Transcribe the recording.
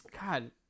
God